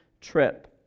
trip